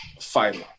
fighter